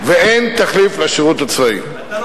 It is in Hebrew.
ואתה לא